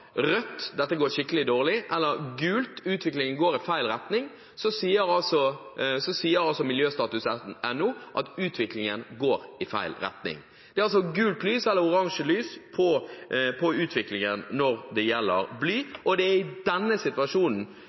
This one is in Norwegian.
rødt: dette går skikkelig dårlig, eller gult: utviklingen går i feil retning, viser miljøstatus.no at utviklingen går i feil retning. Det er altså gult lys på utviklingen når det gjelder bly. Det er i denne situasjonen